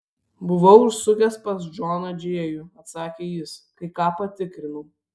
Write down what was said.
buvau užsukęs pas džoną džėjų atsakė jis kai ką patikrinau